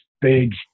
big